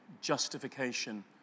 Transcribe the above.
justification